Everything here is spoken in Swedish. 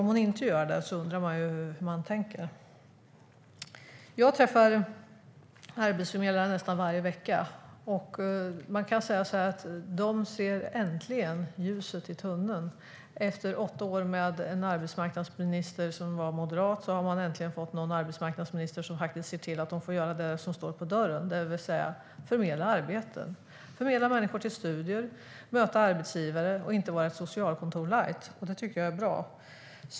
Om hon inte gör det undrar jag hur hon tänker. Jag träffar arbetsförmedlare nästan varje vecka. Man kan säga att de äntligen ser ljuset i tunneln. Efter åtta år med en moderat arbetsmarknadsminister har de äntligen fått en arbetsmarknadsminister som faktiskt ser till att de får göra det som står på dörren, det vill säga förmedla arbeten, förmedla människor till studier, möta arbetsgivare och inte vara ett socialkontor light. Det tycker jag är bra.